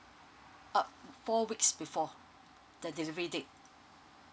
uh four weeks before the delivery date